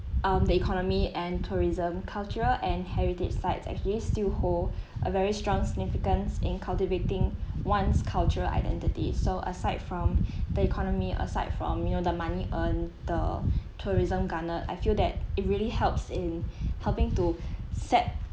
um the economy and tourism cultural and heritage sites actually still hold a very strong significance in cultivating once cultural identity so aside from the economy aside from you know the money earn the tourism garner I feel that it really helps in helping to set